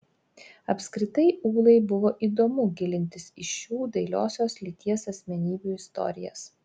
apskritai ūlai buvo įdomu gilintis į šių dailiosios lyties asmenybių istorijas